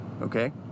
Okay